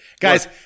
guys